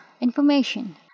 information